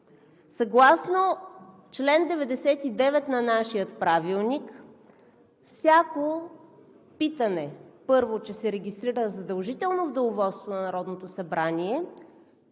съгласно чл. 99 на нашия Правилник всяко питане, първо, че се регистрира задължително в Деловодството на Народното събрание